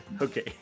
Okay